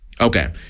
Okay